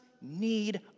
need